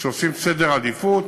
וכשעושים סדר עדיפויות,